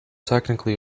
technically